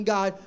God